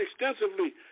extensively